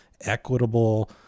equitable